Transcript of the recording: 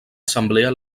assemblea